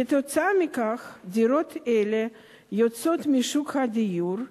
כתוצאה מכך, דירות אלה יוצאות משוק הדיור,